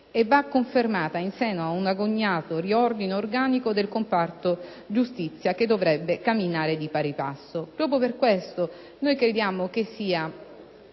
va confermata in seno ad un agognato riordino organico del comparto giustizia che dovrebbe camminare di pari passo.